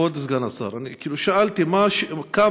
כבוד סגן השר, שאלתי, כמה?